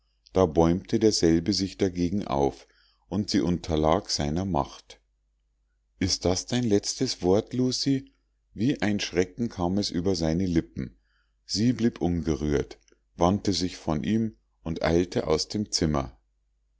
da bäumte derselbe sich dagegen auf und sie unterlag seiner macht ist das dein letztes wort lucie wie ein schrecken kam es über seine lippen sie blieb ungerührt wandte sich von ihm und eilte aus dem zimmer